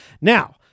Now